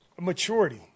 maturity